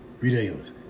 ridiculous